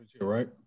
Right